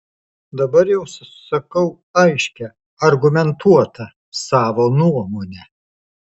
dabar jau sakau aiškią argumentuotą savo nuomonę